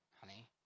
honey